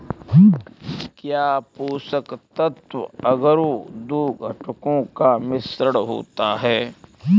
क्या पोषक तत्व अगरो दो घटकों का मिश्रण होता है?